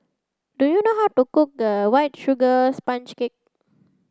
do you know how to cook the white sugar sponge cake